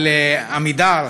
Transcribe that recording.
על "עמידר",